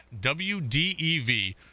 WDEV